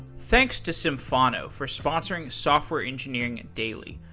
thanks to symphono for sponsoring software engineering daily.